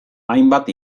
hainbat